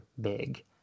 big